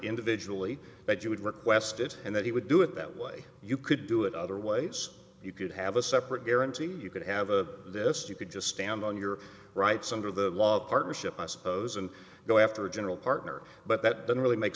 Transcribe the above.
individually that you would request it and that he would do it that way you could do it other ways you could have a separate guarantee you could have a this you could just stand on your rights under the law partnership i suppose and go after a general partner but that doesn't really make